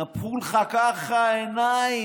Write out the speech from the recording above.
התנפחו לך ככה העיניים.